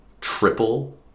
triple